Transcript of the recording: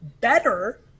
better